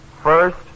First